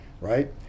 right